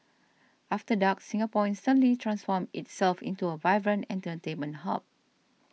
after dark Singapore instantly transforms itself into a vibrant entertainment hub